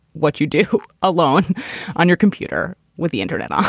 what you do alone on your computer with the internet, um